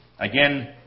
Again